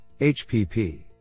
HPP